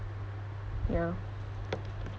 ya